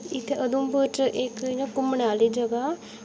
इत्थै उधमपुर च इक इ'यां घुम्मन आहली जगहा